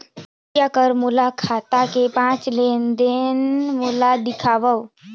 कृपया कर मोर खाता के पांच लेन देन मोला दिखावव